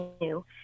new